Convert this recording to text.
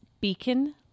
Beacon